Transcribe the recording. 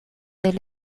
del